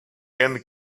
and